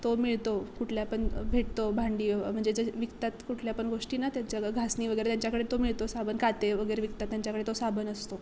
तो मिळतो कुठल्या पण भेटतो भांडी म्हणजे जे विकतात कुठल्या पण गोष्टी ना त्यांच्या घ घासणी वगैरे त्यांच्याकडे तो मिळतो साबण काते वगैरे विकतात त्यांच्याकडे तो साबण असतो